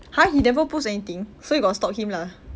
!huh! he never post anything so you got stalk him lah